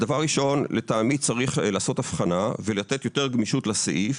דבר ראשון, לטעמי צריך לתת יותר גמישות לסעיף